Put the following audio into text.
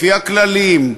לפי הכללים,